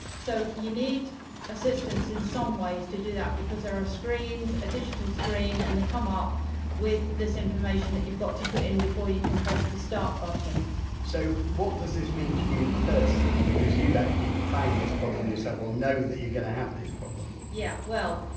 so you need assistance in some ways to do that because there are screens, a digital screen, and they come up with this information that you've got to put in before you can press the start button so what does this mean to you personally because you've actually found this problem yourself or know that you're going to have this problem? yeah well,